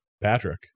Patrick